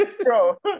Bro